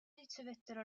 ricevettero